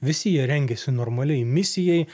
visi jie rengiasi normaliai misijai